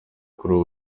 kuri